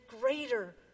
greater